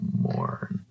more